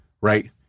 Right